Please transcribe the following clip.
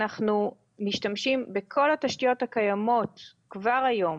אנחנו משתמשים בכל התשתיות הקיימות כבר היום